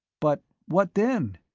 but what then?